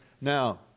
Now